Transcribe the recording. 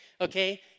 Okay